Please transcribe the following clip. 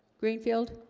greenfield